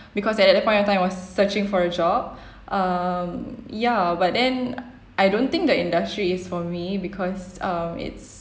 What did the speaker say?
because at that point of time I was searching for a job um ya but then I don't think the industry is for me because um it's